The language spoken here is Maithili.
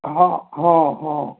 हँ हँ